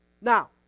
Now